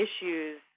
issues